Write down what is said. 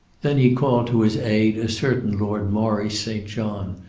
then he called to his aid a certain lord maurice st. john,